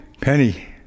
Penny